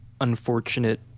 unfortunate